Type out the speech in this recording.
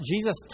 Jesus